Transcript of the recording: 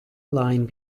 line